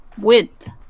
width